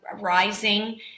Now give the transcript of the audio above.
rising